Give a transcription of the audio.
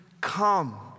come